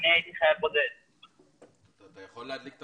איתן קגן,